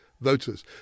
voters